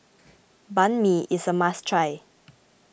Banh Mi is a must try